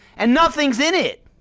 and nothing's in it!